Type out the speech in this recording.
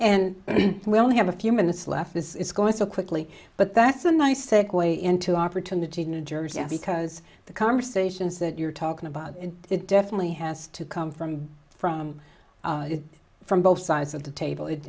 and we only have a few minutes left it's going so quickly but that's a nice segue into opportunity in new jersey because the conversations that you're talking about it definitely has to come from from from both sides of the table it